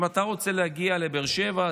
לימדו אותי שאם אתה רוצה להגיע לבאר שבע,